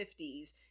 1950s